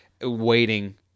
waiting